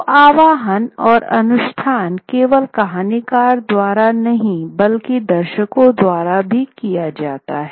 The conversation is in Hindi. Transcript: तो आह्वान और अनुष्ठान केवल कहानीकार द्वारा नहीं बल्कि दर्शकों द्वारा भी किया जाता है